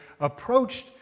approached